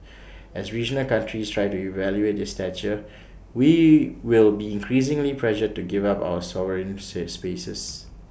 as regional countries try to elevate their stature we will be increasingly pressured to give up our sovereign's spaces